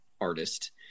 artist